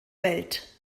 welt